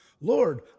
Lord